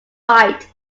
fight